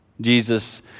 Jesus